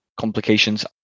complications